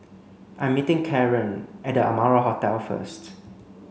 I'm meeting Kaaren at The Amara Hotel first